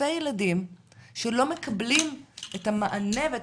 אלפי ילדים שלא מקבלים את המענה ואת